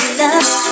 love